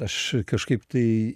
aš kažkaip tai